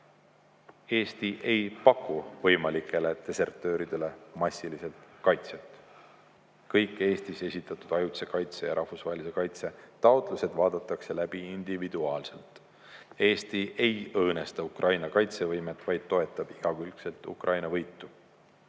Eesti ei paku võimalikele desertööridele massiliselt kaitset. Kõik Eestis esitatud ajutise kaitse ja rahvusvahelise kaitse taotlused vaadatakse läbi individuaalselt. Eesti ei õõnesta Ukraina kaitsevõimet, vaid toetab igakülgselt Ukraina võitu.